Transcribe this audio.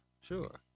sure